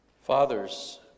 Fathers